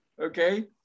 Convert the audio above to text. okay